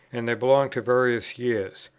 and they belong to various years.